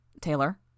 Taylor